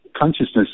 consciousness